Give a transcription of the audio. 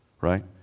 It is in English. right